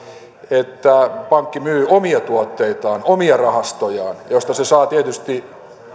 että pankki myy omia tuotteitaan omia rahastojaan joista se saa tietysti